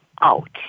out